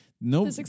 no